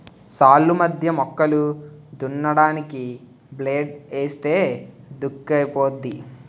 సాల్లు మధ్య మొక్కలు దున్నడానికి బ్లేడ్ ఏస్తే దుక్కైపోద్ది